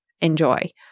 enjoy